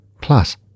plus